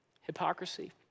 hypocrisy